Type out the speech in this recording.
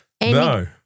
No